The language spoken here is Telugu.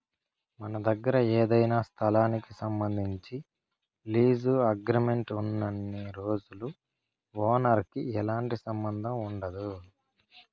మన దగ్గర ఏదైనా స్థలానికి సంబంధించి లీజు అగ్రిమెంట్ ఉన్నన్ని రోజులు ఓనర్ కి ఎలాంటి సంబంధం ఉండదు